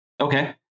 Okay